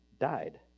died